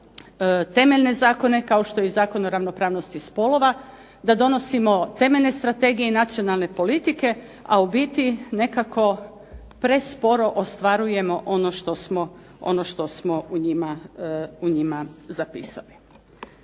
temeljne zakone kao što je i Zakon o ravnopravnosti spolova da donosimo temeljne strategije i nacionalne politike, a u biti nekako presporo ostvarujemo ono što smo u njima napisali.